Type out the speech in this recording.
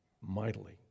mightily